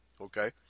okay